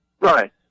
Right